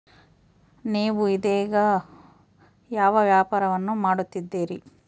ನೇವು ಇದೇಗ ಯಾವ ವ್ಯಾಪಾರವನ್ನು ಮಾಡುತ್ತಿದ್ದೇರಿ?